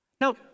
Now